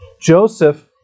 Joseph